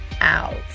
out